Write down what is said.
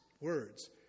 words